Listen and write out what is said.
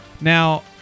Now